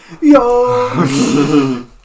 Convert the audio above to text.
Yo